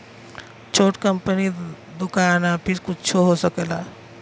छोट कंपनी दुकान आफिस कुच्छो हो सकेला